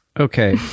okay